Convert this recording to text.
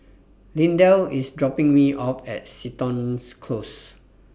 Lindell IS dropping Me off At Seton Close